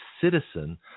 citizen